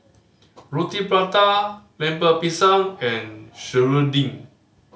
Roti Prata Lemper Pisang and serunding